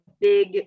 big